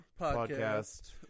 podcast